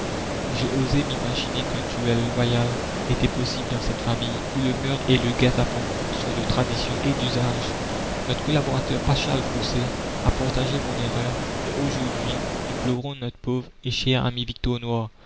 j'ai osé m'imaginer qu'un duel loyal était possible dans cette famille où le meurtre et le guet-apens sont de tradition et d'usage notre collaborateur paschal grousset a partagé mon erreur et aujourd'hui nous pleurons notre pauvre et cher ami victor noir